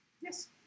yes